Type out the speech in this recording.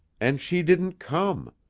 and she didn't come.